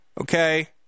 Okay